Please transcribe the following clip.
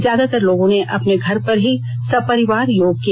ज्यादातर लोगों ने अपने घर पर ही सपरिवार योग किया